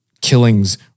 killings